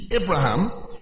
Abraham